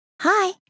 Hi